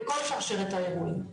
בכל שרשרת האירועים.